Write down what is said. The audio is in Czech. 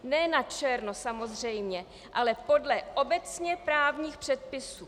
Ne načerno, samozřejmě, ale podle obecně právních předpisů.